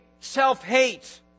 self-hate